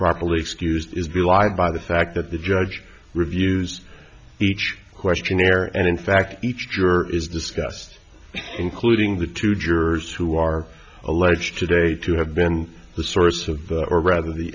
properly excused is belied by the fact that the judge reviews each questionnaire and in fact each juror is discussed including the two jurors who are alleged today to have been the source of or rather the